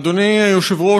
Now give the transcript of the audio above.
אדוני היושב-ראש,